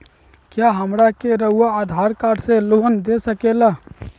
क्या हमरा के रहुआ आधार कार्ड से लोन दे सकेला?